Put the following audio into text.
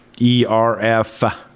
E-R-F